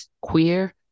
queer